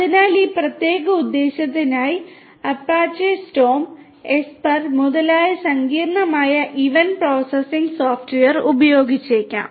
അതിനാൽ ഈ പ്രത്യേക ഉദ്ദേശ്യത്തിനായി അപ്പാച്ചെ സ്റ്റോം മുതലായ സങ്കീർണ്ണമായ ഇവന്റ് പ്രോസസ്സിംഗ് സോഫ്റ്റ്വെയർ ഉപയോഗിച്ചേക്കാം